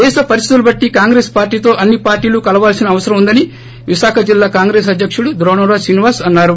దేశ పరిస్లితుల బట్లి కాంగ్రెస్ పార్లీతో అన్ని పార్లీలు కలవాల్సిన అవసరం ఉందని విశాఖ జిల్లా కాంగ్రెస్ అధ్భకుడు ద్రోణంరాజు శ్రీనివాస్ అన్నారు